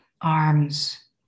arms